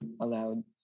Allowed